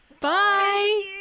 Bye